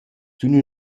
sün